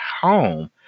home